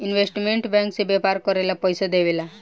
investment bank से व्यापार करेला पइसा देवेले